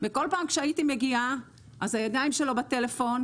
וכל פעם כשהייתי מגיעה אז הידיים שלו בטלפון,